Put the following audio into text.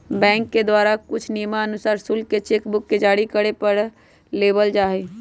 bank के द्वारा कुछ नियमानुसार शुल्क चेक बुक के जारी करे पर लेबल जा हई